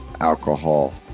alcohol